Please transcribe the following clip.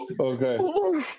Okay